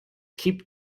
keep